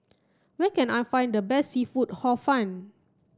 where can I find the best seafood hor fun